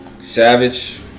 Savage